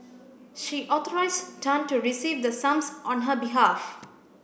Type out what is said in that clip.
she authorised Tan to receive the sums on her behalf